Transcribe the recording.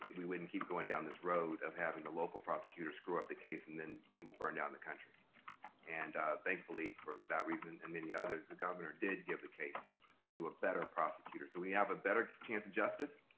we wouldn't keep going down this road of having the local prosecutor screw up the case and then people burn down the country and thankfully for that reason and many others, the governor did give the case to a better prosecutor. so when you have a better chance of justice,